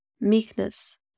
meekness